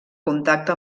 contacte